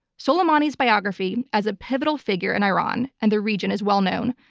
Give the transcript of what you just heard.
soleimani's biography as a pivotal figure in iran and the region is well-known.